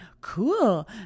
Cool